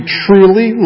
truly